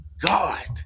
god